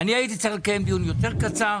אני הייתי צריך לקיים דיון יותר קצר,